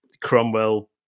Cromwell